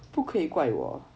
不可以怪我